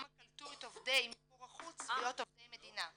קלטו את עובדי מיקור החוץ להיות עובדי מדינה.